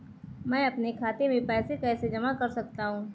मैं अपने खाते में पैसे कैसे जमा कर सकता हूँ?